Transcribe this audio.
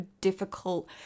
difficult